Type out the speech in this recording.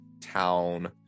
town